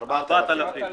4,000 שקל,